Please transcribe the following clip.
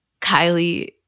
Kylie